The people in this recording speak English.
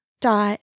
dot